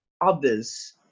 others